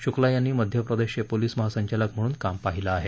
शुक्ला यांनी मध्यप्रदेशचे पोलीस महासंचालक म्हणून काम पाहिलं आहे